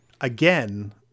again